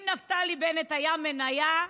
אם נפתלי בנט היה מניה,